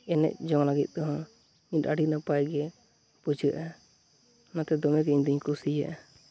ᱮᱱᱮᱡᱼᱡᱚᱝ ᱞᱟᱹᱜᱤᱫᱛᱮᱦᱚᱸ ᱢᱤᱫ ᱟᱹᱰᱤ ᱱᱟᱯᱟᱭᱜᱮ ᱵᱩᱡᱷᱟᱹᱜᱼᱟ ᱚᱱᱟᱛᱮ ᱫᱚᱢᱮᱜᱮ ᱤᱧᱫᱚᱧ ᱠᱩᱥᱤᱭᱟᱜᱼᱟ